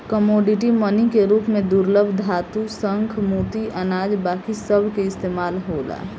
commodity money के रूप में दुर्लभ धातु, शंख, मोती, अनाज बाकी सभ के इस्तमाल होला